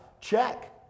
Check